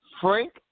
Frank